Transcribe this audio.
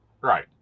Right